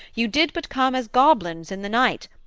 you did but come as goblins in the night,